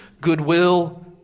Goodwill